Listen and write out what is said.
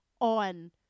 on